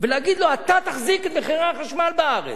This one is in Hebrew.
ולהגיד לו: אתה תחזיק את מחירי החשמל בארץ,